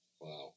Wow